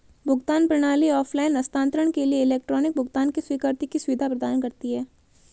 भुगतान प्रणाली ऑफ़लाइन हस्तांतरण के लिए इलेक्ट्रॉनिक भुगतान की स्वीकृति की सुविधा प्रदान करती है